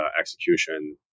execution